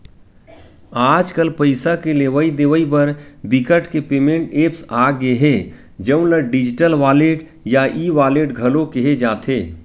आजकल पइसा के लेवइ देवइ बर बिकट के पेमेंट ऐप्स आ गे हे जउन ल डिजिटल वॉलेट या ई वॉलेट घलो केहे जाथे